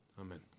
Amen